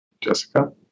Jessica